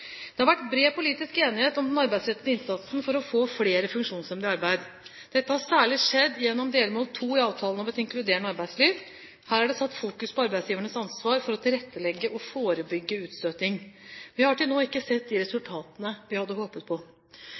Det har vært bred politisk enighet om den arbeidsrettede innsatsen for å få flere funksjonshemmede i arbeid. Dette har særlig skjedd gjennom delmål 2 i avtalen om et inkluderende arbeidsliv. Her er det satt fokus på arbeidsgiveres ansvar for å tilrettelegge og forebygge utstøting. Vi har til nå ikke sett de resultatene vi hadde håpet på.